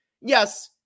Yes